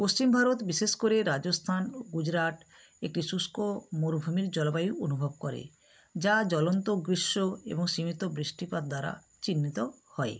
পশ্চিম ভারত বিশেষ করে রাজস্থান গুজরাট একটি শুষ্ক মরুভূমির জলবায়ু অনুভব করে যা জ্বলন্ত গ্রীষ্ম এবং সীমিত বৃষ্টিপাত দ্বারা চিহ্নিত হয়